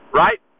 right